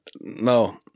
no